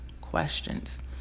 questions